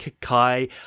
Kai